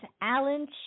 Alan